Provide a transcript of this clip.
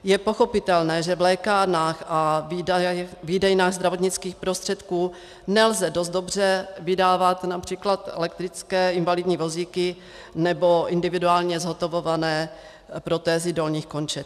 Je pochopitelné, že v lékárnách a výdejnách zdravotnických prostředků nelze dost dobře vydávat například elektrické invalidní vozíky nebo individuálně zhotovované protézy dolních končetin.